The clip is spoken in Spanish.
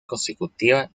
consecutiva